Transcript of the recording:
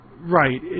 Right